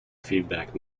feedback